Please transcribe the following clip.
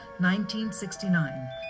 1969